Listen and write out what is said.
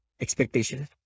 expectation